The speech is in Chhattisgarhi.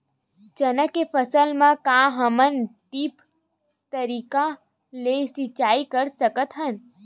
चना के फसल म का हमन ड्रिप तरीका ले सिचाई कर सकत हन?